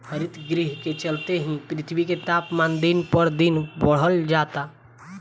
हरितगृह के चलते ही पृथ्वी के तापमान दिन पर दिन बढ़ल जाता